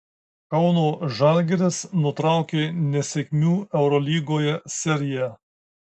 kauno žalgiris nutraukė nesėkmių eurolygoje seriją